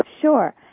sure